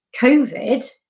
COVID